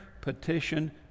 petition